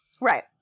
Right